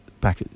back